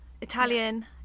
Italian